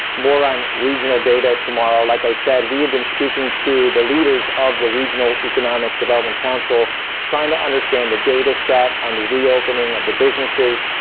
more on regional data tomorrow. like i said, we have been speaking to the leaders of the regional economic development council trying to understand the dataset on the reopening of the businesses.